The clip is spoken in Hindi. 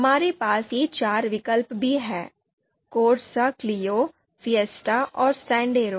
हमारे पास ये चार विकल्प भी हैं कोर्सा क्लियो फिएस्टा और सैंडेरो